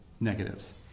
negatives